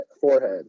forehead